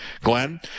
Glenn